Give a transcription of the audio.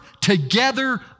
together